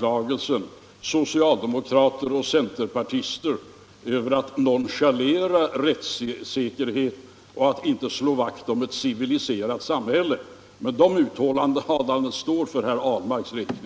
talman! Socialdemokrater och centerpartister får väl då dras med denna anklagelse för att nonchalera rättssäkerheten och att inte slå vakt om ett civiliserat samhälle. Men det uttalandet får stå för herr Ahlmarks räkning.